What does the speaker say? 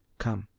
come,